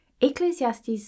Ecclesiastes